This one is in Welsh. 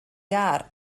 iâr